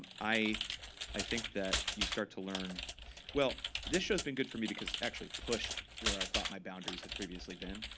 i i think that you start to learn well, this show's been good for me because it actually pushed where i thought my boundaries had previously been.